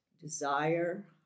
desire